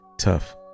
tough